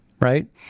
right